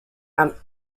and